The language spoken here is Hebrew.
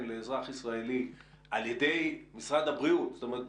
לאזרח ישראלי על ידי משרד הבריאות זאת אומרת,